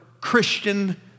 Christian